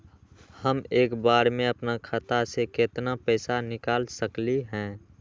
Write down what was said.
हम एक बार में अपना खाता से केतना पैसा निकाल सकली ह?